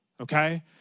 Okay